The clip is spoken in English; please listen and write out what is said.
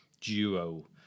duo